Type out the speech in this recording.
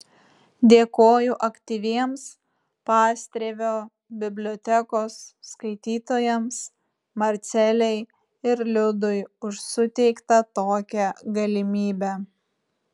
dėkoju aktyviems pastrėvio bibliotekos skaitytojams marcelei ir liudui už suteiktą tokią galimybę